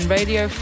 Radio